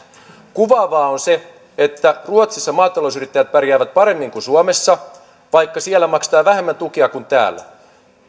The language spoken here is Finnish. kuvaavaa on se että ruotsissa maatalousyrittäjät pärjäävät paremmin kuin suomessa vaikka siellä maksetaan vähemmän tukia kuin täällä